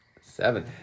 Seven